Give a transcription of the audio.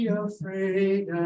afraid